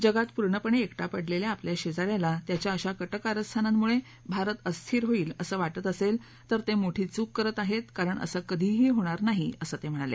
जगात पूर्णपणे एकटा पडलेल्या आपल्या शेजा याला त्याच्या अशा कट कारस्थानांमुळे भारत अस्थिर होईल असं वाटत असेल तर ते मोठी चूक करत आहेत कारण असं कधीही होणार नाही असं ते म्हणाले